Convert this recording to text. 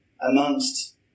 amongst